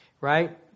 right